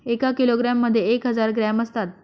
एका किलोग्रॅम मध्ये एक हजार ग्रॅम असतात